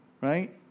right